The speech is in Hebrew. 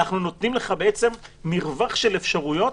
אנחנו נותנים לך בעצם מרווח של אפשרויות